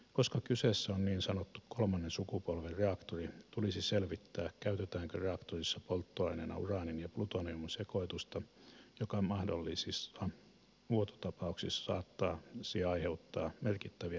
koska kyseessä on niin sanottu kolmannen sukupolven reaktori tulisi selvittää käytetäänkö reaktorissa polttoaineena uraanin ja plutoniumin sekoitusta joka mahdollisissa vuototapauksissa saattaisi aiheuttaa merkittäviä ympäristövaikutuksia